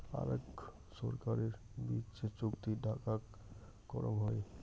আরাক ছরকারের বিচ যে চুক্তি ডাকাক করং হই